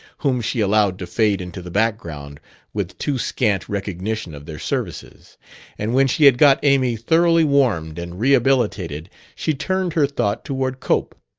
whom she allowed to fade into the background with too scant recognition of their services and when she had got amy thoroughly warmed and rehabilitated she turned her thought toward cope.